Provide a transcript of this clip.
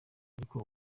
ariko